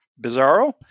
Bizarro